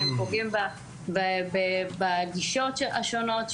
שהם פוגעים בגישות השונות,